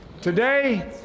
Today